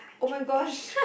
oh my gosh